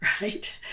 right